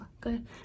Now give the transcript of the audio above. good